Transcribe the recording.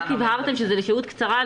הבהרתם שזה לשהות קצרה,